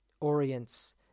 orients